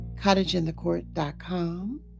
cottageinthecourt.com